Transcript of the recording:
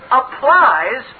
applies